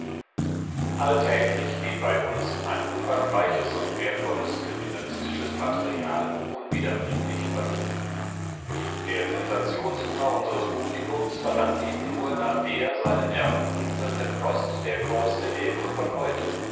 alltäglich geht bei uns ein umfangreiches und wertvolles kriminalistisches material unwiderbringlich verloren der sensationshunger unseres publikums verlangt eben nur nach der seine nerven kitzelnden kost der cause clbre von heute